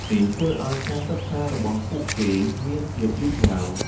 នេះធ្វើឲ្យការសិក្សារបស់ពួកគេមានភាពយឺតយ៉ាវ។